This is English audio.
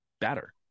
better